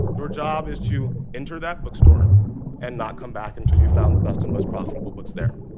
your job is to enter that bookstore and not come back until you've found the best and most profitable books there.